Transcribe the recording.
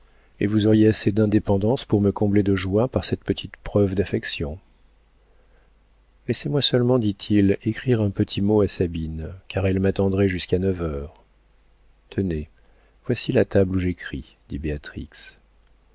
et vous auriez assez d'indépendance pour me combler de joie par cette petite preuve d'affection laissez-moi seulement dit-il écrire un petit mot à sabine car elle m'attendrait jusqu'à neuf heures tenez voici la table où j'écris dit